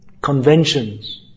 conventions